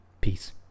Peace